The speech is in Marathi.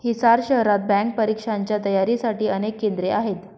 हिसार शहरात बँक परीक्षांच्या तयारीसाठी अनेक केंद्रे आहेत